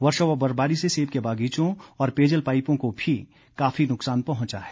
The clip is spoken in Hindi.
वर्षा व बर्फबारी से सेब के बागीचों और पेयजल पाईपों को भी काफी नुकसान पहुंचा है